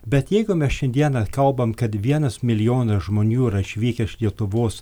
bet jeigu mes šiandieną kalbam kad vienas milijonas žmonių yra išvykę iš lietuvos